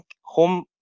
home